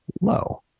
low